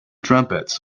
trumpets